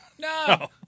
No